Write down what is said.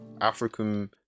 African